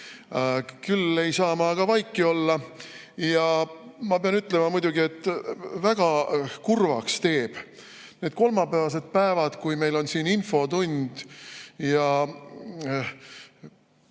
pea. Küll ei saa ma aga vaiki olla. Ja ma pean ütlema muidugi, et väga kurvaks teevad need kolmapäevased päevad, kui meil on siin infotund ja